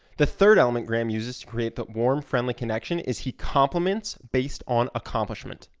the third element graham uses to create that warm friendly connection is he complements based on accomplishment.